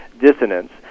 dissonance